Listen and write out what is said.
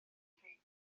pryd